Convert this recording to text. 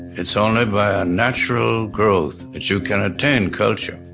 it's only by a natural growth, that you can attain culture.